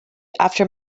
after